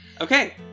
Okay